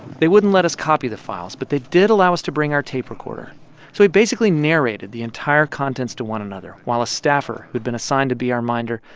they wouldn't let us copy the files, but they did allow us to bring our tape recorder. so we basically narrated the entire contents to one another while a staffer, who'd been assigned to be our minder,